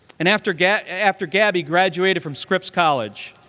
and after gabby after gabby graduated from scripps college,